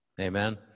Amen